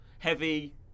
Heavy